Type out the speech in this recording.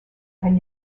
and